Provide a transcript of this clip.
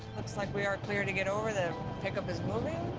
looks like we are clear to get over, the pickup is moving.